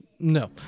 No